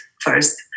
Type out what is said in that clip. first